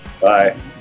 Bye